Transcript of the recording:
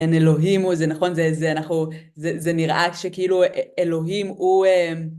אין אלוהים, זה נכון, זה נראה כשאלוהים הוא...